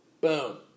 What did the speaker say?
boom